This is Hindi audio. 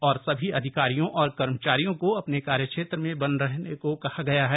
और सभी अधिकारियों और कर्मचारियों को अपने कार्यक्षेत्र में बने रहने को कहा गया है